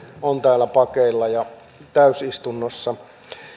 on täällä pakeilla ja täysistunnossa